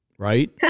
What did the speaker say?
right